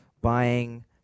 buying